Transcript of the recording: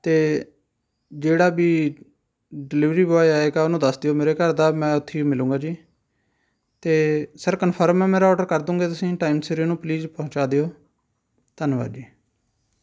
ਅਤੇ ਜਿਹੜਾ ਵੀ ਡਿਲੀਵਰੀ ਬੁਆਏ ਆਏਗਾ ਉਹਨੂੰ ਦੱਸ ਦਿਉ ਮੇਰੇ ਘਰ ਦਾ ਮੈਂ ਉੱਥੇ ਮਿਲੂੰਗਾ ਜੀ ਅਤੇ ਸਰ ਕੰਫਰਮ ਆ ਮੇਰਾ ਓਡਰ ਕਰਦੂੰਗੇ ਤੁਸੀਂ ਟਾਈਮ ਸਿਰ ਇਹਨੂੰ ਪਲੀਜ ਪਹੁੰਚਾ ਦਿਉ ਧੰਨਵਾਦ ਜੀ